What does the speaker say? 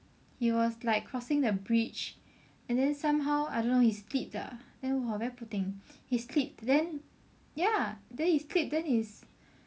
he was like crossing the bridge and then somehow I don't know ah he slipped ah then !wah! very poor thing he slipped then ya then he slipped then his